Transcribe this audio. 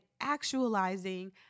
actualizing